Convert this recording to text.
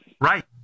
Right